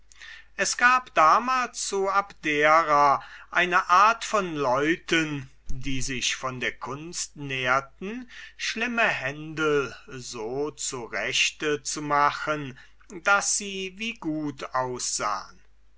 es gab damals zu abdera eine art von leuten die sich von der kunst nährten schlimme händel so zurechte zu machen daß sie wie gut aussahen